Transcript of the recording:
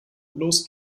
los